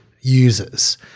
users